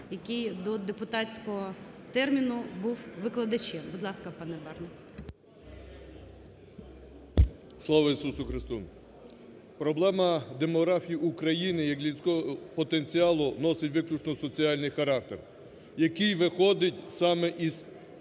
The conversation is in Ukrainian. який до депутатського терміну був викладачем. Будь ласка, пане Барна. 13:24:23 БАРНА О.С. Слава Ісусу Христу! Проблема демографії України як людського потенціалу носить виключно соціальний характер, який виходить саме із